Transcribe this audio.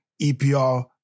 EPR